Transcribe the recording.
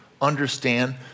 understand